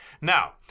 Now